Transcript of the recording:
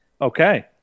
Okay